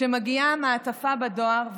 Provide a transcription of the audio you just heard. כשמגיעה המעטפה בדואר,